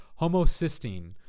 homocysteine